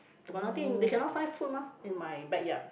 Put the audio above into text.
they got nothing they cannot find food mah in my backyard